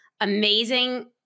amazing